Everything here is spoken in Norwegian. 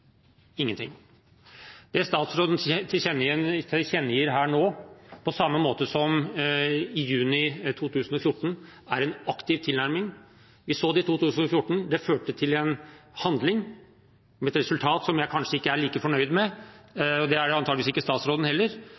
tilkjennegir her nå, på samme måte som i juni 2014, er en aktiv tilnærming. Vi så det i 2014, det førte til en handling – med et resultat som jeg kanskje ikke er like fornøyd med, og det er antageligvis ikke statsråden heller.